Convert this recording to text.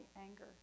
anger